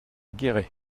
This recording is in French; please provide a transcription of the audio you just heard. guéret